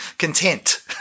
Content